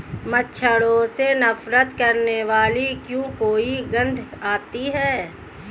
मच्छरों से नफरत करने वाली क्या कोई गंध आती है?